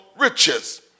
Riches